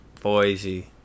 Boise